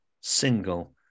single